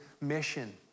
mission